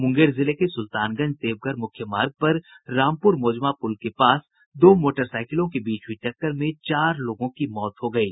मुंगेर जिले के सुल्तानगंज देवघर मुख्य मार्ग पर रामपुर मोजमा पुल के पास दो मोटरसाईकिलों के बीच हुई टक्कर में चार लोगों की मौत हो गयी